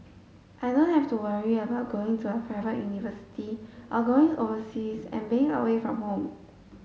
I don't have to worry about going to a private university or going overseas and being away from home